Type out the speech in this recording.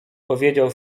powiedział